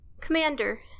Commander